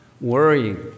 worrying